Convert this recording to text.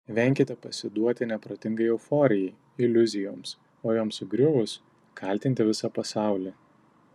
venkite pasiduoti neprotingai euforijai iliuzijoms o joms sugriuvus kaltinti visą pasaulį